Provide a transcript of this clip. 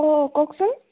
অ কওকচোন